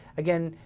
again,